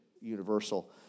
universal